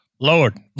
Lord